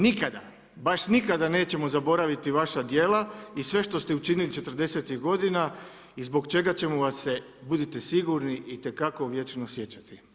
Nikada, baš nikada nećemo zaboraviti vaša djela i sve što ste učinili '40. –tih godina i zbog čega ćemo vas se, budite sigurni itekako, vječno sjećati.